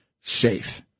safe